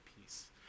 peace